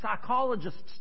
psychologists